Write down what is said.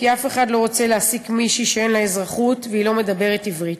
כי אף אחד לא רוצה להעסיק מישהי שאין לה אזרחות והיא לא מדברת עברית.